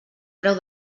preu